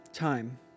Time